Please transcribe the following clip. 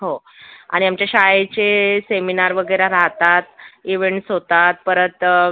हो आणि आमच्या शाळेचे सेमिनार वगैरे राहतात इव्हेंट्स होतात परत